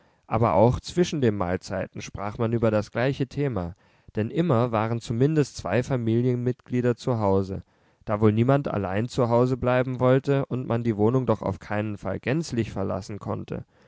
aber auch zwischen den mahlzeiten sprach man über das gleiche thema denn immer waren zumindest zwei familienmitglieder zu hause da wohl niemand allein zu hause bleiben wollte und man die wohnung doch auf keinen fall gänzlich verlassen konnte